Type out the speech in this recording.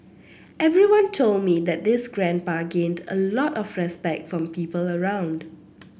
everyone told me that this grandpa gained a lot of respect from people around